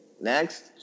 Next